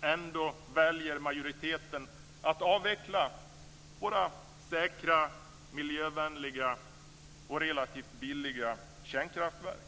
Ändå väljer majoriteten att avveckla våra säkra, miljövänliga och relativt billiga kärnkraftverk.